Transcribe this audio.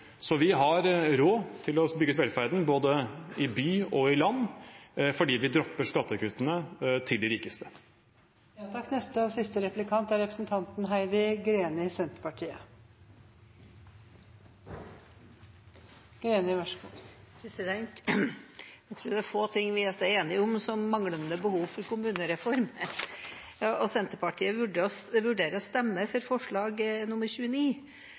Så vi har råd til å bygge ut velferden i både by og land – fordi vi dropper skattekuttene til de rikeste. Jeg tror det er få ting vi er så enige om som manglende behov for kommunereform. Senterpartiet vurderer å stemme for forslag nr. 29: «Stortinget ber regjeringen fremme forslag om å avvikle alle de økonomiske insentivordningene for